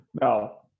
no